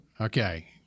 Okay